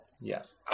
Yes